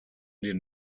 den